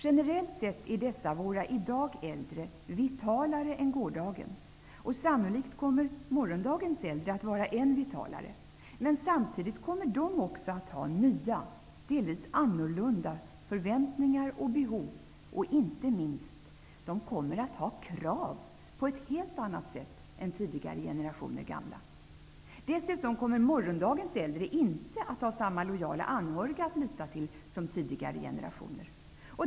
Generellt sett är dessa våra i dag äldre vitalare än gårdagens -- och sannolikt kommer morgondagens äldre att vara än vitalare, men samtidigt också att ha nya, delvis annorlunda förväntningar och behov. Inte minst kommer de att ha krav på ett helt annat sätt än tidigare generationer gamla. Dessutom kommer morgondagens äldre inte att ha samma lojala anhöriga att lita till som tidigare generationer.